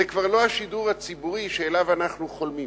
זה כבר לא השידור הציבורי שעליו אנחנו חולמים.